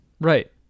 Right